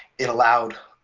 it allowed